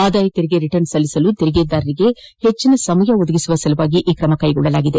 ಆದಾಯ ತೆರಿಗೆ ರಿಟರ್ನ್ಸ್ ಸಲ್ಲಿಸಲು ತೆರಿಗೆದಾರರಿಗೆ ಹೆಚ್ಚಿನ ಸಮಯ ಒದಗಿಸುವ ಸಲುವಾಗಿ ಈ ಕ್ರಮ ಕೈಗೊಳ್ಳಲಾಗಿದೆ